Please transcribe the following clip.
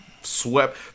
swept